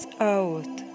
out